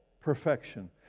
perfection